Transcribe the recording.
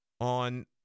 on